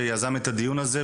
שיזם את הדיון הזה,